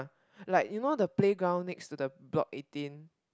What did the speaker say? like you know the playground next to the block eighteen